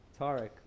Tarek